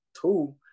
Two